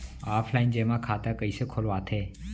Offline जेमा खाता कइसे खोलवाथे?